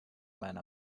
meiner